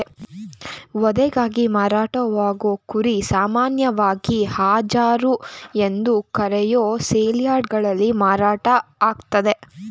ವಧೆಗಾಗಿ ಮಾರಾಟವಾಗೋ ಕುರಿ ಸಾಮಾನ್ಯವಾಗಿ ಹರಾಜು ಎಂದು ಕರೆಯೋ ಸೇಲ್ಯಾರ್ಡ್ಗಳಲ್ಲಿ ಮಾರಾಟ ಆಗ್ತದೆ